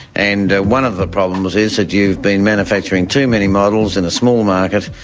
and one of the problems is that you've been manufacturing too many models in a small market,